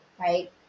right